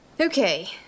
Okay